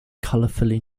colorfully